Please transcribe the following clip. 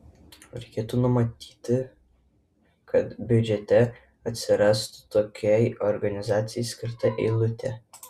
reikėtų numatyti kad biudžete atsirastų tokiai organizacijai skirta eilutė